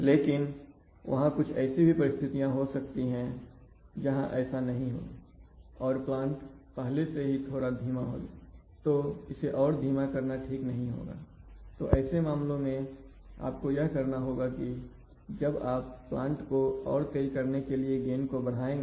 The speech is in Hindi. लेकिन वहां कुछ ऐसी भी परिस्थितियां हो सकती हैं जहां ऐसा नहीं हो और प्लांट पहले से ही थोड़ा धीमा हो तो इसे और धीमा करना ठीक नहीं होगा तो ऐसे मामलों में आपको यह करना होगा कि अब आप प्लांट को और तेज करने के लिए गेन को बढ़ाएंगे